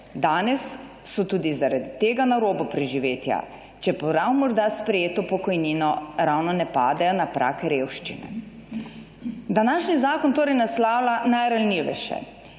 Danes so tudi zaradi tega na robu preživetja, čeprav morda s prejeto pokojnino ravno ne padejo na prag revščine. Današnji zakon naslavlja najranljivejše.